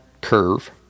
curve